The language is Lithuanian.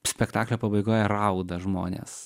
spektaklio pabaigoje rauda žmonės